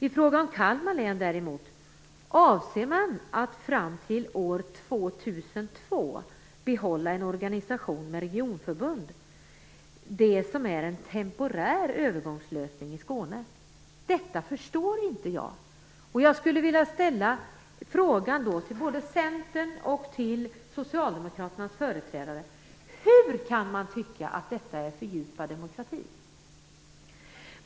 I fråga om Kalmar län däremot avser man att fram till år 2002 behålla en organisation med regionförbund, det som är en temporär övergångslösning i Skåne. Jag förstår inte detta. Socialdemokraternas företrädare: Hur kan man tycka att detta är fördjupad demokrati?